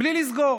בלי לסגור.